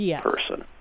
person